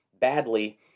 badly